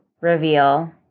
reveal